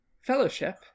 fellowship